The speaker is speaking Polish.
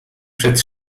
przed